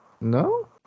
No